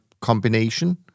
combination